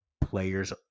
Players